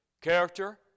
Character